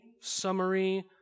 summary